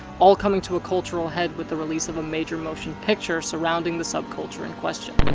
all coming to a cultural head with the release of a major motion picture surrounding the subculture in question.